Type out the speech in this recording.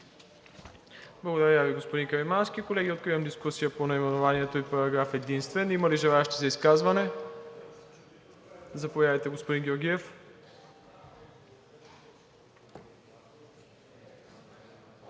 Благодаря Ви, господин Каримански. Колеги, откривам дискусия по наименованието и Параграф единствен. Има ли желаещи за изказване? Заповядайте, господин Георгиев.